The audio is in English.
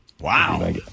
Wow